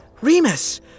Remus